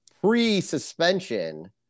pre-suspension